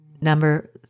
Number